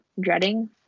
dreading